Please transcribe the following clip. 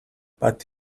but